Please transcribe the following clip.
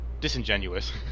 disingenuous